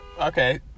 Okay